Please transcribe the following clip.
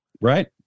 Right